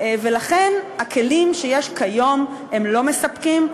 ולכן הכלים שיש כיום לא מספקים,